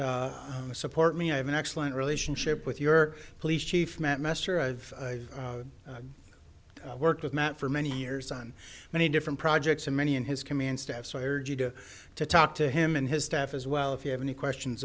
that support me i have an excellent relationship with your police chief matt messer i've worked with matt for many years on many different projects and many in his command staff so i urge you to to talk to him and his staff as well if you have any questions